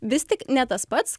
vis tik ne tas pats